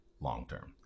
long-term